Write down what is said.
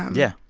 yeah